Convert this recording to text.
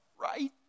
right